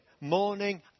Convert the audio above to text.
morning